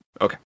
okay